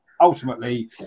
ultimately